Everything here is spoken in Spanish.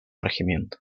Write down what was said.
regimiento